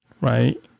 right